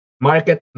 market